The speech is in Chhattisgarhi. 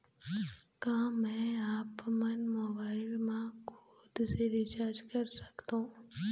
का मैं आपमन मोबाइल मा खुद से रिचार्ज कर सकथों?